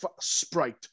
Sprite